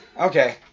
Okay